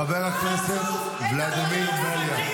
חבר הכנסת ולדימיר בליאק.